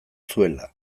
zuela